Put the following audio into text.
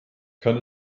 kann